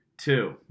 Two